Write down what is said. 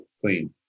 clean